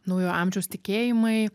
naujojo amžiaus tikėjimai